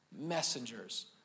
messengers